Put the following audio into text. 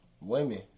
women